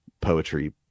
poetry